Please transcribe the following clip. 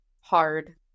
hard